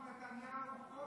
עוד פעם נתניהו?